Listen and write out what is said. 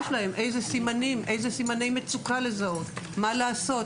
שלהם ואיזה סימני מצוקה לזהות ומה לעשות.